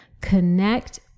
connect